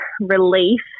relief